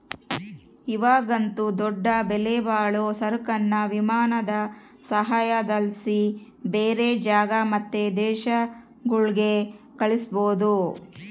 ಇವಾಗಂತೂ ದೊಡ್ಡ ಬೆಲೆಬಾಳೋ ಸರಕುನ್ನ ವಿಮಾನದ ಸಹಾಯುದ್ಲಾಸಿ ಬ್ಯಾರೆ ಜಾಗ ಮತ್ತೆ ದೇಶಗುಳ್ಗೆ ಕಳಿಸ್ಬೋದು